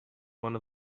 one